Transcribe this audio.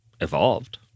evolved